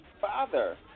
father